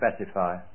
Specify